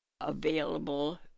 available